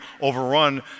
overrun